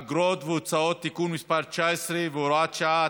אגרות והוצאות (תיקון מס' 19 והוראת שעה),